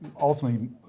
ultimately